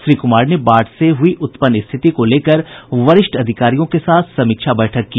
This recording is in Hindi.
श्री कुमार ने बाढ़ से हुई उत्पन्न स्थिति को लेकर वरिष्ठ अधिकारियों के साथ समीक्षा बैठक की